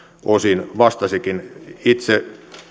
osin vastasikin itse